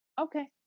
okay